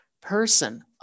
person